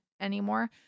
anymore